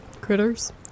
Critters